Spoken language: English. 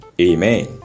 Amen